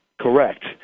Correct